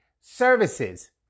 services